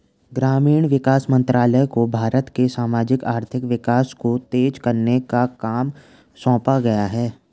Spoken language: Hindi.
ग्रामीण विकास मंत्रालय को भारत के सामाजिक आर्थिक विकास को तेज करने का काम सौंपा गया है